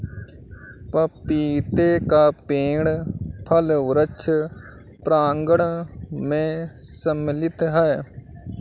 पपीते का पेड़ फल वृक्ष प्रांगण मैं सम्मिलित है